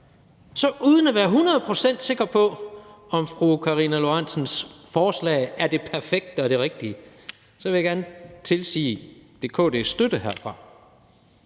hundrede procent sikker på, at fru Karina Lorentzens forslag er det perfekte og det rigtige, tilsige det KD's støtte herfra.